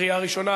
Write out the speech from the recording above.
קריאה ראשונה.